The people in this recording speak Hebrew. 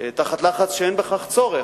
תחת לחץ כשאין בכך צורך.